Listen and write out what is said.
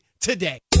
today